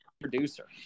Producer